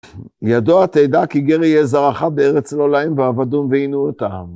ידוע תדע כי גר יהיה זרערך בארץ לא להם ועבדום ועינו אותם.